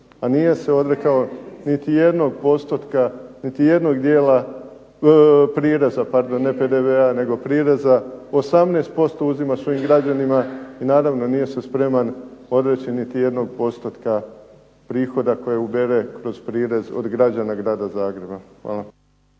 postotka, niti jednog dijela. Prireza, pardon ne PDV-a nego prireza. 18% uzima svojim građanima i naravno nije se spreman odreći niti jednog postotka prihoda koje ubere kroz prirez od građana Grada Zagreba. Hvala.